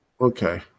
Okay